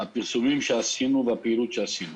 הפרסומים והפעילות שעשינו.